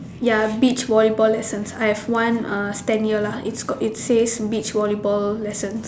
ya beach volleyball lessons I have one uh stand here lah it's called it's says beach volleyball lessons